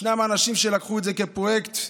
ישנם אנשים שלקחו את זה כפרויקט,